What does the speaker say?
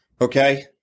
Okay